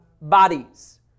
bodies